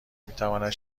میتواند